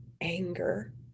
anger